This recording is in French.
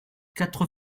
quatre